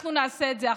אנחנו נעשה את זה אחריו.